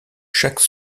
chaque